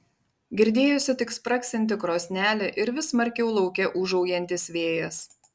girdėjosi tik spragsinti krosnelė ir vis smarkiau lauke ūžaujantis vėjas